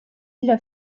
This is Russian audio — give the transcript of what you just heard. для